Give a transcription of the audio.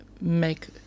make